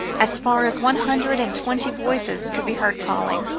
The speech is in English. as far as one hundred and twenty voices could be heard calling,